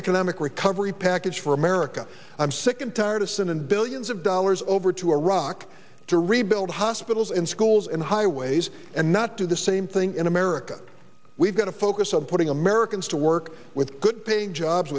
economic recovery package for america i'm sick and tired of sin and bill use of dollars over to iraq to rebuild hospitals and schools and highways and not do the same thing in america we've got to focus on putting americans to work with good paying jobs